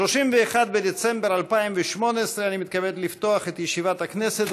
31 בדצמבר 2018, אני מתכבד לפתוח את ישיבת הכנסת.